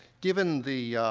given the,